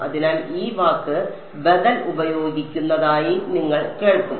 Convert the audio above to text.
അതിനാൽ ഈ വാക്ക് ബദൽ ഉപയോഗിക്കുന്നതായി നിങ്ങൾ കേൾക്കും